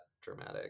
dramatic